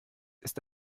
ist